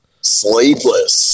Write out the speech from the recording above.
Sleepless